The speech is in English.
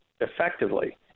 effectively